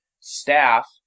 staff